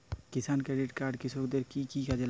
কিষান credit card কৃষকের কি কি কাজে লাগতে পারে?